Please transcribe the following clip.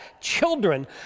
children